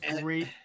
great